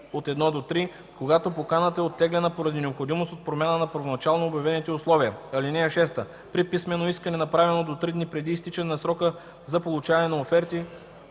по ал. 1-3, когато поканата е оттеглена поради необходимост от промяна на първоначално обявените условия. (6) При писмено искане, направено до три дни преди изтичане на срока за получаване на оферти,